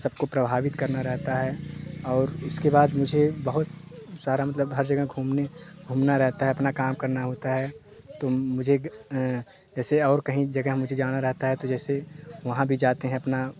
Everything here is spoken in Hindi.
सबको प्रभावित करना रहता है और उसके बाद मुझे बहुत सारा मतलब हर जगह घूमने घूमना रहता है अपना काम करना होता है तो मुझे जैसे और कहीं जगह मुझे जाना रहता हैं तो जैसे वहाँ भी जाते हैं अपना